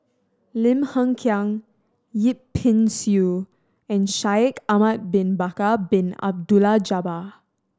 Lim Hng Kiang Yip Pin Xiu and Shaikh Ahmad Bin Bakar Bin Abdullah Jabbar